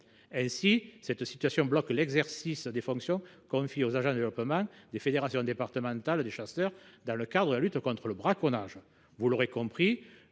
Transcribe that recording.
Cette situation bloque l’exercice des fonctions confiées aux agents de développement des fédérations départementales des chasseurs dans le cadre de la lutte contre le braconnage. Vous l’aurez compris,